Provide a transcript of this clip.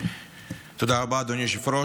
תודה רבה, אדוני היושב-ראש.